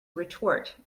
retort